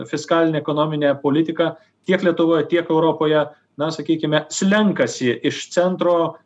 fiskalinė ekonominė politika tiek lietuvoje tiek europoje na sakykime slenkasi iš centro